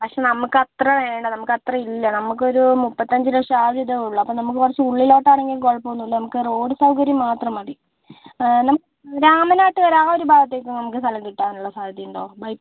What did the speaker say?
പക്ഷേ നമുക്ക് അത്ര വേണ്ട നമ്മക്കത്രേം ഇല്ല നമുക്കൊരു മുപ്പത്തഞ്ചുലക്ഷം ആ ഒരിതേ ഉള്ളൂ അപ്പം നമുക്ക് കുറച്ചുള്ളിലോട്ടാണെങ്കിലും കുഴപ്പമൊന്നുമില്ല നമുക്ക് റോഡ് സൗകര്യം മാത്രം മതി നമുക്ക് രാമനാട്ടുകര ആ ഒരു ഭാഗത്തേക്ക് നമുക്ക് സ്ഥലം കിട്ടാനുള്ള സാധ്യതയുണ്ടോ